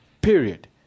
period